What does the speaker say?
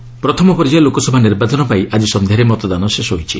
polling ପ୍ରଥମ ପର୍ଯ୍ୟାୟ ଲୋକସଭା ନିର୍ବାଚନ ପାଇଁ ଆଜି ସନ୍ଧ୍ୟାରେ ମତଦାନ ଶେଷ ହୋଇଛି